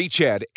Chad